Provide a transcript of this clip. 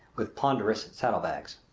with ponderous saddlebags.